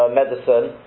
medicine